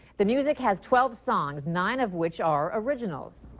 the music has twelve songs nine of which are originals.